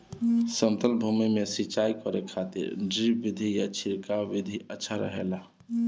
समतल भूमि में सिंचाई करे खातिर ड्रिप विधि या छिड़काव विधि अच्छा रहेला?